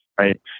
right